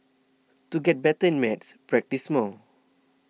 to get better at maths practise more